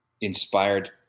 inspired